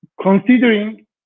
Considering